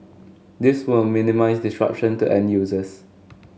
this will minimise disruption to end users